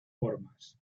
formas